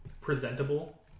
presentable